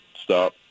stop